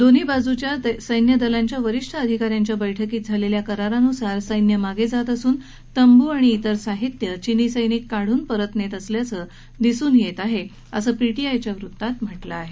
दोन्ही बाजूच्या सैन्यदलाच्या वरिष्ठ अधिकाऱ्यांच्या बैठकीत झालेल्या करारान्सार सैन्य मागे जात असून तंब् तसंच इतर साहित्यही चिनी सैनिक काढून परत नेत असल्याचं दिसून येत आहे असं पीटीआयच्या वृत्तात म्हटलं आहे